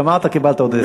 גמרת, קיבלת עוד עשר.